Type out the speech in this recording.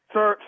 Sir